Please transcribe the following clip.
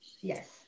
Yes